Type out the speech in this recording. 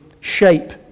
shape